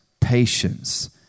patience